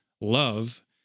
love